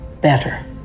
better